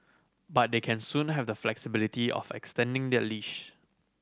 but they can soon have the flexibility of extending their lease